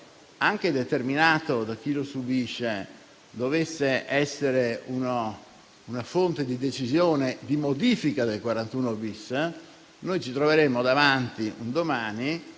anche determinato da chi lo subisce, dovesse essere una fonte di decisione di modifica del 41-*bis*, un domani ci troveremmo davanti a